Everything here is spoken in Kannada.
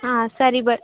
ಆಂ ಸರಿ ಬರ್